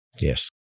Yes